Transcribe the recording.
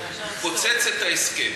הוא פוצץ את ההסכם.